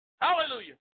Hallelujah